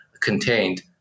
contained